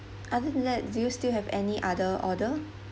other than that do you still have any other order